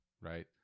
right